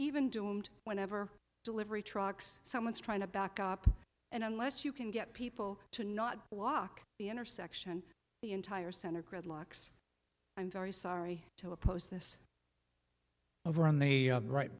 even doomed whenever delivery trucks someone's trying to back up and unless you can get people to not walk the intersection the entire center gridlocks i'm very sorry to oppose this over on the right